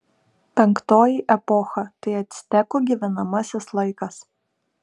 penktoji epocha tai actekų gyvenamasis laikas